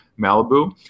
Malibu